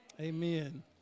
Amen